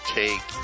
take